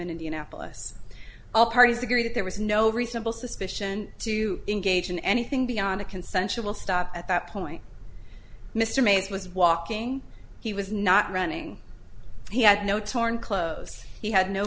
in indianapolis all parties agree that there was no reasonable suspicion to engage in anything beyond a consensual stop at that point mr mays was walking he was not running he had no torn clothes he had no